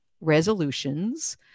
Resolutions